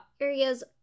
areas